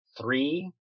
three